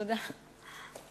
תודה.